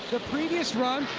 the previous run,